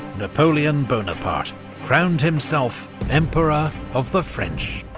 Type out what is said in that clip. napoleon bonaparte crowned himself emperor of the french.